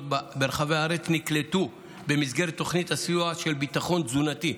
ברחבי הארץ נקלטו במסגרת תוכנית הסיוע של ביטחון תזונתי.